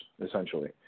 essentially